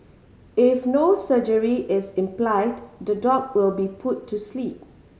if no surgery is implied the dog will be put to sleep